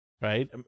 Right